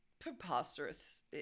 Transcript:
preposterous